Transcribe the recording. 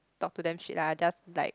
talk to them shit lah just like